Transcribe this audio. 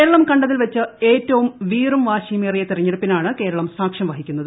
കേരളം കണ്ടതിൽവച്ച് ഏറ്റവും വീറും വാശിയും ഏറിയ തിരഞ്ഞെടുപ്പിനാണ് കേരളം സാക്ഷ്യം വഹിക്കുന്നത്